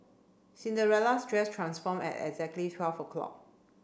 Cinderella's dress transformed at exactly twelve o'clock